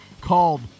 called